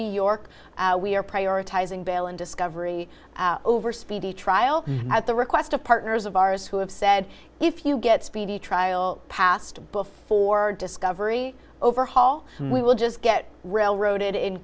new york we're prioritizing bail and discovery over speedy trial at the request of partners of ours who have said if you get speedy trial passed before discovery overhaul we will just get railroaded in